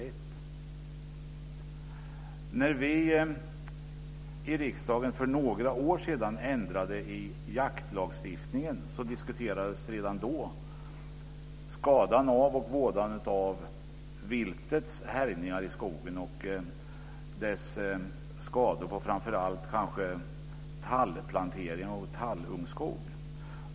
Redan när vi i riksdagen för några år sedan ändrade i jaktlagstiftningen diskuterades vådan av viltets härjningar i skogen och skadorna på kanske framför allt tallplantering och tallungskog.